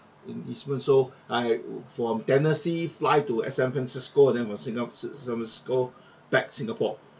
in osborn so I from tennessee fly to eh san francisco then from singa~ san san francisco back singapore